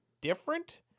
different